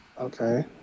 Okay